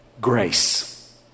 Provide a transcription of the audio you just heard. grace